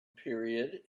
period